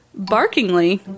Barkingly